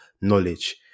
knowledge